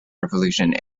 revolution